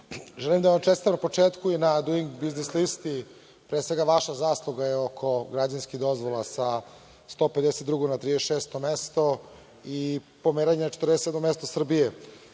da vam čestitamo na početku i na Duing biznis listi, pre svega vaša je zasluga oko građevinskih dozvola sa 152. na 36. mesto i pomeranje na 47. mesto Srbije,